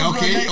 Okay